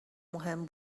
مهم